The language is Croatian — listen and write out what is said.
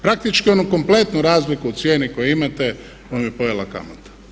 Praktički onu kompletnu razliku u cijeni koju imate vam je pojela kamata.